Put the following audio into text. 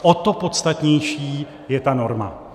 O to podstatnější je ta norma.